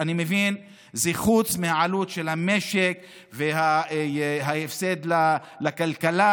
אני מבין שזה חוץ מהעלות למשק וההפסד לכלכלה,